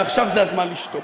ועכשיו זה הזמן לשתוק.